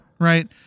Right